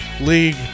league